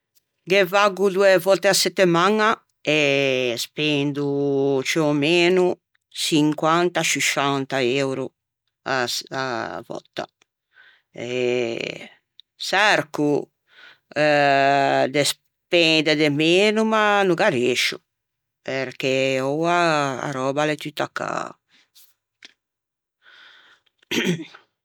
Ghe vaggo doe vòtte a-a settemaña e spendo ciù o meno çinquanta sciuscianta euro à s- à bòtta eh çerco de spende de meno ma no gh'arriëscio perché oua a röba a l'é tutta caa.